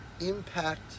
impact